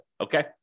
Okay